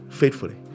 faithfully